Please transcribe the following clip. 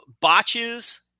botches